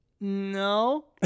no